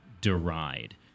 deride